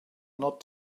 not